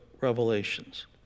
Revelations